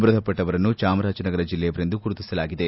ಮೃತಪಟ್ಟವರನ್ನು ಚಾಮರಾಜನಗರ ಜಿಲ್ಲೆಯವರೆಂದು ಗುರುತಿಸಲಾಗಿದೆ